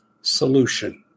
solution